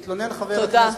תודה.